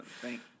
thank